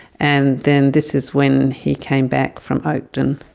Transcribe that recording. and then this is when he came back from oakden.